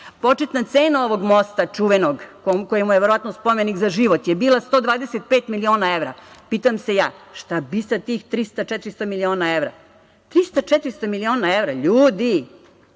Početna cena ovog mosta, čuvenog, koji mu je verovatno spomenik za život je bila 125 miliona evra. Pitam se ja, šta bi sa tih 300 – 400 miliona evra? Ljudi, 300 – 400 miliona evra. Pa